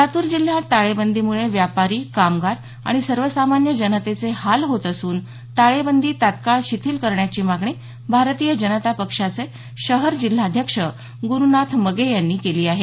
लातूर जिल्ह्यात टाळेबंदीमुळे व्यापारी कामगार आणि सर्वसामान्य जनतेचे हाल होत असून टाळेबंदी तत्काळ शिथिल करण्याची मागणी भारतीय जनता पक्षाचे शहर जिल्हाध्यक्ष ग्रुनाथ मगे यांनी केली आहे